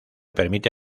permite